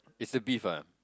it's the beef ah